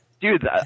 Dude